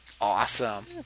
Awesome